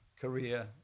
Korea